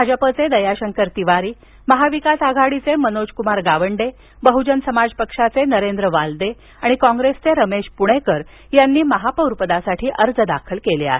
भाजपचे दयाशंकर तिवारी महाविकास आघाडीचे मनोजकुमार गावंडे बहूजन समाज पक्षाचे नरेंद्र वालदे आणि कॉप्रेसचे रमेश पुणेकर यांनी महापौरपदासाठी अर्ज भरला आहे